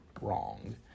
wrong